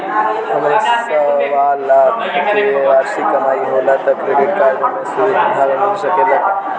हमार सवालाख के वार्षिक कमाई होला त क्रेडिट कार्ड के सुविधा मिल सकेला का?